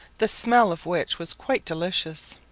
the smell of which was quite delicious.